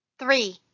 Three